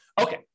Okay